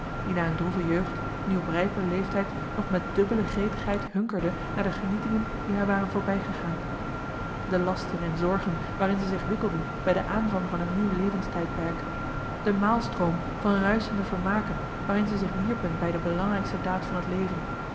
die na een droeve jeugd en op rijper leeftijd nog met dubbele gretigheid hunkerde naar de genietingen die haar waren voorbijgegaan de lasten en zorgen waarin zij zich wikkelden bij den aanvang van een nieuw levenstijdperk de maalstroom van ruischende vermaken waarin zij zich wierpen bij de belangrijkste daad van het leven